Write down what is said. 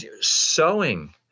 Sewing